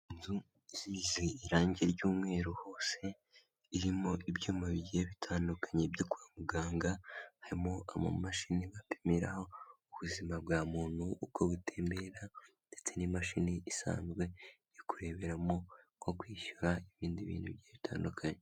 Inzu isize irangi ry'umweru hose, irimo ibyuma bigiye bitandukanye byo kwa muganga, harimo amamashini bapimiraho ubuzima bwa muntu uko butembera, ndetse n'imashini isanzwe yo kureberamo nko kwishyura ibindi bintu bitandukanye.